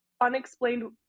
unexplained